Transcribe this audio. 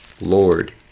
Lord